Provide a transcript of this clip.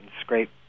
scrape